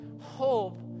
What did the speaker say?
hope